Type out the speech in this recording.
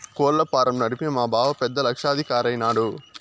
కోళ్ల ఫారం నడిపి మా బావ పెద్ద లక్షాధికారైన నాడు